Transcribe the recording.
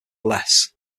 less